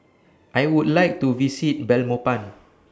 I Would like to visit Belmopan